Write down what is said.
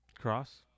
cross